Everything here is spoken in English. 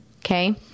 Okay